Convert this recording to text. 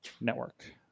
Network